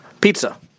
Pizza